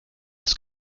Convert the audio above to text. das